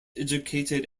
educated